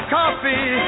coffee